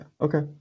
okay